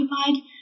occupied